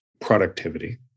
productivity